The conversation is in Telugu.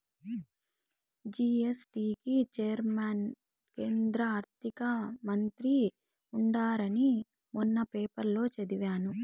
జీ.ఎస్.టీ కి చైర్మన్ కేంద్ర ఆర్థిక మంత్రి ఉంటారని మొన్న పేపర్లో చదివాను